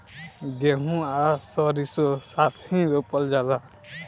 गेंहू आ सरीसों साथेही रोपल जाला